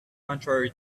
contrary